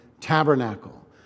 tabernacle